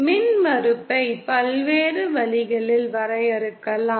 மின்மறுப்பை பல்வேறு வழிகளில் வரையறுக்கலாம்